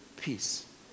peace